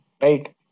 Right